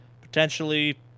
potentially